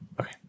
Okay